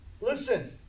Listen